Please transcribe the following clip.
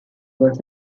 was